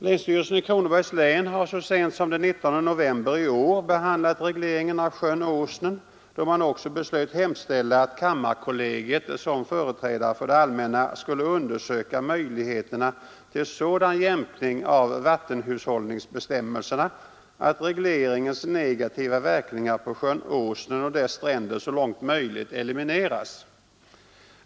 Länsstyrelsen i Kronobergs län har så sent som den 19 november i år behandlat regleringen av sjön Åsnen, då man också beslöt hemställa att kammarkollegiet, som företrädare för det allmänna, skulle undersöka möjligheterna till sådan jämkning av vattenhushållningsbestämmelserna att regleringens negativa verkningar på sjön Åsnen och dess stränder så långt möjligt elimineras.